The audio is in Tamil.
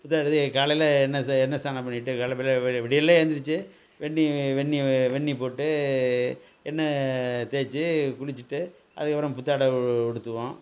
புத்தாடை காலையில் எண்ணெய் எண்ணெய் சானம் பண்ணிட்டு காலம்பற விடியல்லே எந்திரித்து வெந்நீர் வெந்நீர் வெந்நீர் போட்டு எண்ணெய் தேய்ச்சி குளிச்சிட்டு அதுக்கு அப்புறம் புத்தாடை உடுத்துவோம்